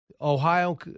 Ohio